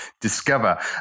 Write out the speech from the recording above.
discover